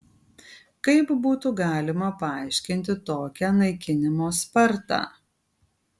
kaip būtų galima paaiškinti tokią naikinimo spartą